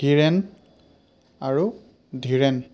হীৰেণ আৰু ধীৰেণ